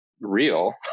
real